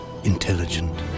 Intelligent